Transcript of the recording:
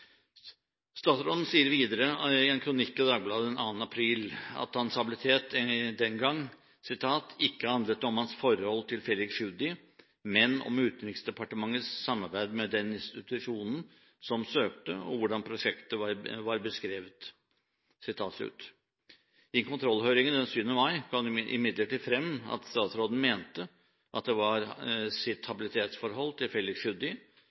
Statsråden sier videre i en kronikk i Dagbladet den 2. april at hans habilitet den gang ikke handlet om hans forhold til Felix Tschudi, men om Utenriksdepartementets samarbeid med den institusjonen som søkte, og hvordan prosjektet var beskrevet. I kontrollhøringen den 7. mai kom det imidlertid frem at statsråden mente at det var hans habilitetsforhold til